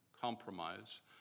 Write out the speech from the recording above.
Compromise